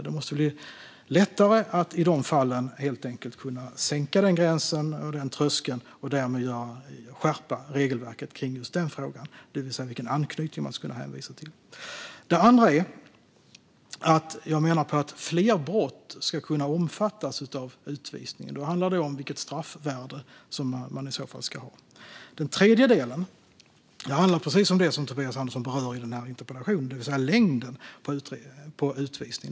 Det måste bli lättare att sänka gränsen eller tröskeln i de fallen och därmed skärpa regelverket kring just den frågan, det vill säga vilken anknytning man ska kunna hänvisa till. Det andra är att fler brott ska kunna omfattas av utvisning. Då handlar det om vilket straffvärde man ska ha. Den tredje delen handlar om precis det som Tobias Andersson berör i den här interpellationen, det vill säga längden på utvisningen.